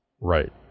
Right